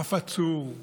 אף עצור.